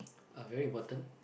uh very important